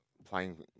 Playing